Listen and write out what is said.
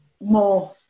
more